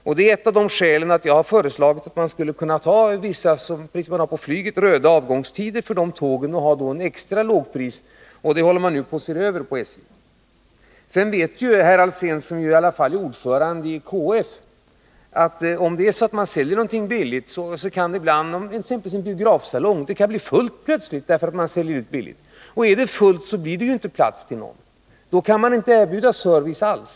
Det här är ett av skälen till att jag föreslagit att man skulle kunna ha vissa röda avgångstider, precis som på flyget, för de tågen och då ha extra lågpris. SJ håller nu på att se på detta. Sedan vet herr Alsén, som i alla fall är ordförande i KF, att om man säljer exempelvis biobiljetter billigt kan biografsalongen plötsligt bli full. Och är den full finns det inte plats för några fler. Då kan man inte erbjuda någon service alls.